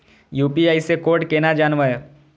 UPI से कोड केना जानवै?